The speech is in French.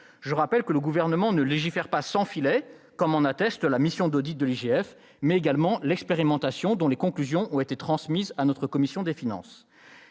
Je rappelle que le Gouvernement ne légifère pas sans filets, comme en atteste la mission d'audit de l'IGF, mais également l'expérimentation dont les conclusions ont été transmises à notre commission des finances.